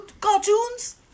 Cartoons